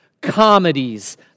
comedies